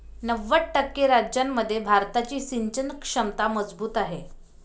नव्वद टक्के राज्यांमध्ये भारताची सिंचन क्षमता मजबूत आहे